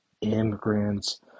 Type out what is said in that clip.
immigrants